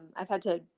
i've had to,